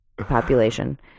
population